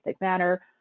manner